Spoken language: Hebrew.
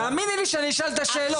תאמיני לי שאני שואל את השאלות,